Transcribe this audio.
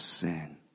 sin